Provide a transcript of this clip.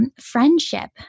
Friendship